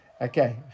Okay